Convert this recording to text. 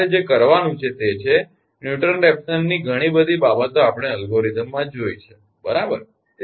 તેથી તમારે જે કરવાનું છે તે છે ન્યુટન રેફસનનીNewton Raphson's ઘણી બધી બાબતો આપણે અલ્ગોરિધમમાં જોઈ છે બરાબર